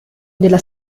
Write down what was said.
della